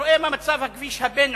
רואה מה מצב הכביש הבין-עירוני,